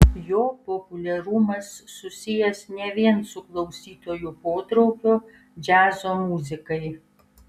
jo populiarumas susijęs ne vien su klausytojų potraukiu džiazo muzikai